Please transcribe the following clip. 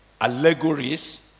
allegories